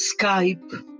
Skype